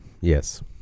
Yes